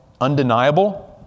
undeniable